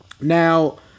Now